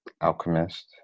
Alchemist